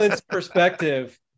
perspective